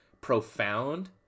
profound